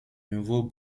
nouveau